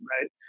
Right